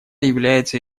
является